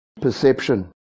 perception